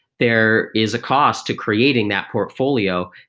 there is a cost to creating that portfolio,